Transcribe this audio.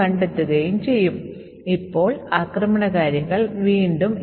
മുമ്പത്തെ പ്രഭാഷണത്തിൽ മുമ്പ് കണ്ടതുപോലെ സ്റ്റാക്കിൽ ഫംഗ്ഷൻ പാരാമീറ്ററുകൾ ഉണ്ടായിരിക്കും